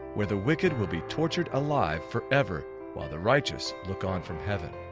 where the wicked will be tortured alive forever while the righteous look on from heaven.